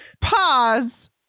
Pause